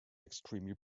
extremely